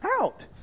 out